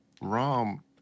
Rom